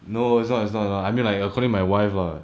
no no is not is not is not I mean like according my wife lah